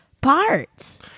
parts